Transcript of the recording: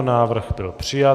Návrh byl přijat.